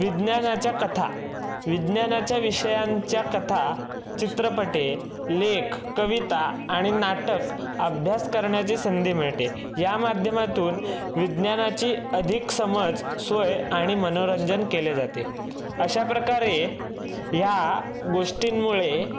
विज्ञानाच्या कथा विज्ञानाच्या विषयांच्या कथा चित्रपट लेख कविता आणि नाटक अभ्यास करण्याची संधी मिळते या माध्यमातून विज्ञानाची अधिक समज सोय आणि मनोरंजन केले जाते अशा प्रकारे ह्या गोष्टींमुळे